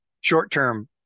short-term